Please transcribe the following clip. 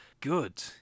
good